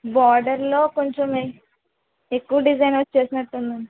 బార్డర్లో కొంచెం ఎ ఎక్కువ డిజైన్ వచ్చేసినట్టుందండి